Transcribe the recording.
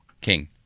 King